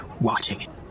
watching